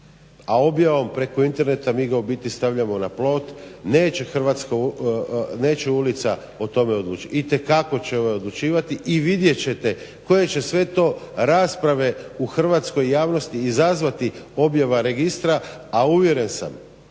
a objavom preko interneta mi ga u biti stavljamo na plot neće ulica o tome odlučiti, i te kako će odlučivati i vidjet ćete koje će sve to rasprave u Hrvatskoj javnosti izazvati objava registra, a uvjeren sam